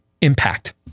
impact